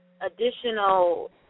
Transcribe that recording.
additional